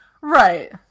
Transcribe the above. right